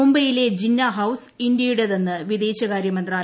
മുംബൈയിലെ ജിന്ന ഹൌസ് ഇന്ത്യയുടേതെന്ന് വിദേശകാര്യ മന്ത്രാലയം